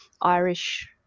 Irish